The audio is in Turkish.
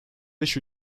beş